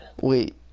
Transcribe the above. wait